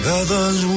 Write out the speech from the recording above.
others